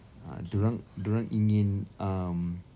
uh diorang diorang ingin um